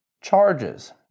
charges